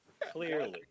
clearly